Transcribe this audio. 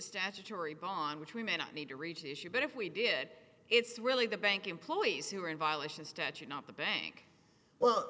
statutory bond which we may not need to reach issue but if we did it's really the bank employees who are in violation statute not the bank well